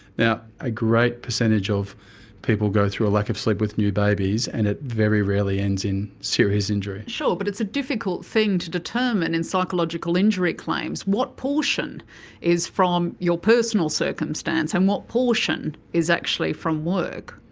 now, a great percentage of people go through a lack of sleep with new babies and it very rarely ends in serious injury. sure, but it's a difficult thing to determine in psychological injury claims what portion is from your personal circumstance, and what portion is actually from work.